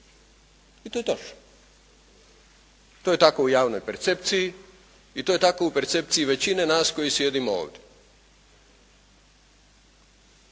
I to je točno. To je tako u javnoj percepciji i to je tako u percepciji većine nas koji sjedimo ovdje.